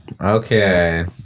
Okay